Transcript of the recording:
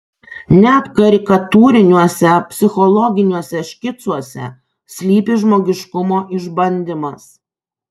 net karikatūriniuose psichologiniuose škicuose slypi žmogiškumo išbandymas